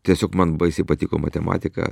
tiesiog man baisiai patiko matematika